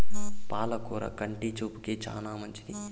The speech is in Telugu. పాల కూర కంటి చూపుకు చానా మంచిది